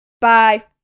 Bye